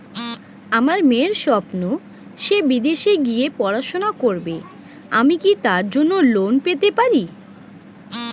আমার মেয়ের স্বপ্ন সে বিদেশে গিয়ে পড়াশোনা করবে আমি কি তার জন্য লোন পেতে পারি?